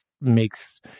makes